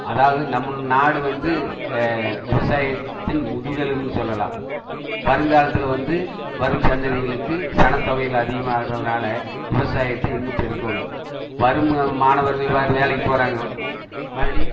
அதாவது நம்ம நாடு வந்து விவசாயத்தின் முதுகெலும்புன்னு சொல்லலாம் வருங்காலத்தில் வந்து வரும் சன்னதிகளுக்கு சனத்தொகையில் அதிகமாகிறதுனால விவசாயத்தை இன்னும் பெருக்கணும் வரும் மாணவர்கள் பார் வேலைக்கு போகிறாங்க மறுபடி